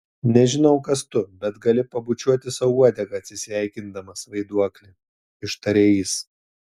nežinau kas tu bet gali pabučiuoti sau uodegą atsisveikindamas vaiduokli ištarė jis